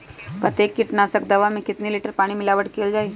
कतेक किटनाशक दवा मे कितनी लिटर पानी मिलावट किअल जाई?